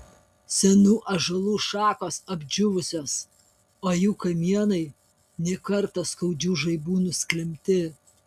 senų ąžuolų šakos apdžiūvusios o jų kamienai ne kartą skaudžių žaibų nusklembti